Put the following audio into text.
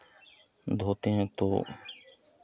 धोते हैं तो